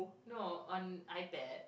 no on iPad